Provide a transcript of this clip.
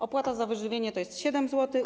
Opłata za wyżywienie to jest 7 zł.